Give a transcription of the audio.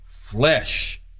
flesh